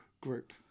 group